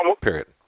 Period